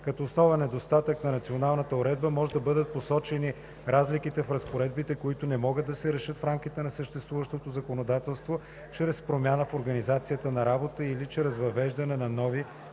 Като основен недостатък на националната уредба може да бъдат посочени разликите в разпоредбите, които не могат да се решат в рамките на съществуващото законодателство чрез промяна в организацията на работа или чрез въвеждане на нови